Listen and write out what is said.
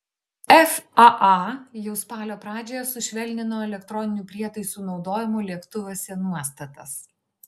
faa jau spalio pradžioje sušvelnino elektroninių prietaisų naudojimo lėktuvuose nuostatas